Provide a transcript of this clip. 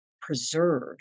preserve